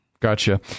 Gotcha